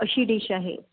अशी डिश आहे